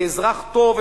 כאזרח טוב,